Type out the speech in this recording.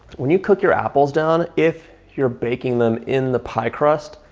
when you cook your apples down if you're baking them in the pie crust,